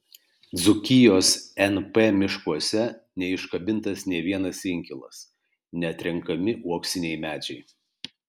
dzūkijos np miškuose neiškabintas nė vienas inkilas neatrenkami uoksiniai medžiai